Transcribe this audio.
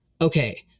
Okay